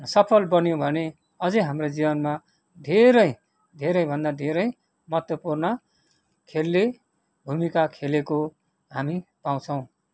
सफल बन्यौँ भने अझै हाम्रो जीवनमा धेरै धेरैभन्दा धेरै महत्त्वपूर्ण खेलले भूमिका खेलेको हामी पाउँछौँ